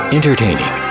Entertaining